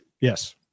yes